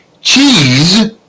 cheese